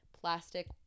plastic